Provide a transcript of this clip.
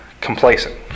complacent